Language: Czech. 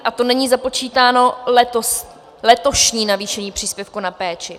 A to není započítáno letošní navýšení příspěvku na péči.